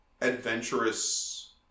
adventurous